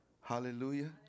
Hallelujah